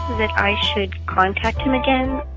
that i should contact him again?